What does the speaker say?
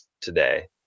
today